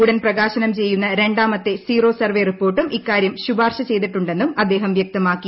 ഉടൻ പ്രകാശനം ചെയ്യുന്ന രണ്ടാമ ത്തെ സീറോ സർവേ റിപ്പോർട്ടും ഇക്കാരൃം ശുപാർശ ചെയ്തിട്ടുണ്ടെ ന്നും അദ്ദേഹം വൃക്തമാക്കി